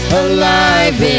alive